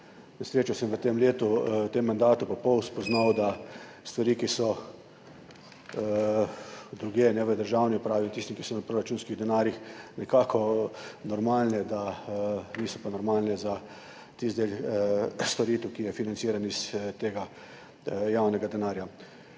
v tem letu, v tem mandatu spoznal, da stvari, ki so drugje, ne v državni upravi, tiste, ki so na proračunskih denarjih nekako normalne, niso pa normalne za tisti del storitev, ki je financiran iz tega javnega denarja.